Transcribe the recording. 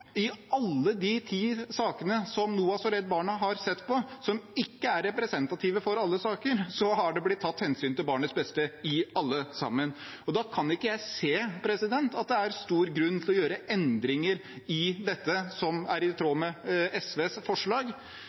i alle de ti sakene NOAS og Redd Barna har sett på, og som ikke er representative for alle saker, er det blitt tatt hensyn til barnets beste. Da kan ikke jeg se at det er stor grunn til å gjøre endringer i dette som er i tråd med SVs forslag.